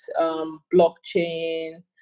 blockchain